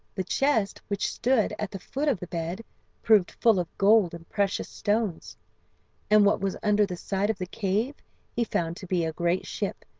the chest which stood at the foot of the bed proved full of gold and precious stones and what was under the side of the cave he found to be a great ship,